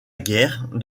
guerre